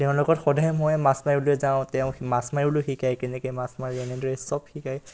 তেওঁৰ লগত সদায় মই মাছ মাৰিবলৈ যাওঁ তেওঁ মাছ মাৰিবলৈও শিকায় কেনেকৈ মাছ মাৰে এনেদৰে চব শিকায়